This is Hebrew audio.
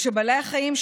ושבעלי החיים,